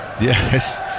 Yes